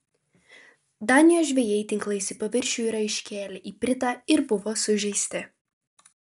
danijos žvejai tinklais į paviršių yra iškėlę ipritą ir buvo sužeisti